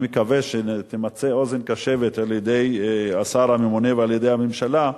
אני מקווה שתימצא אוזן קשבת על-ידי השר הממונה ועל-ידי הממשלה,